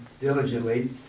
diligently